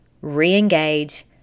re-engage